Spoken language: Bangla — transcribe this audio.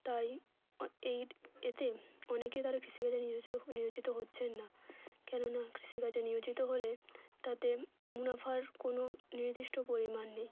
তাই এইড এতে অনেকে তারা কৃষিকাজে নিয়োজ নিয়োজিত হচ্ছেন না কেননা কৃষিকাজে নিয়োজিত হলে তাতে মুনাফার কোনো নির্দিষ্ট পরিমাণ নেই